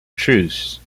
truce